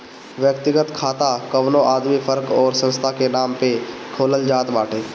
व्यक्तिगत खाता कवनो आदमी, फर्म अउरी संस्था के नाम पअ खोलल जात बाटे